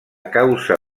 causa